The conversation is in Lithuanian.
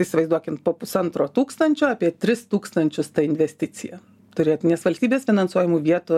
įsivaizduokim po pusantro tūkstančio apie tris tūkstančius ta investicija turėt nes valstybės finansuojamų vietų